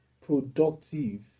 productive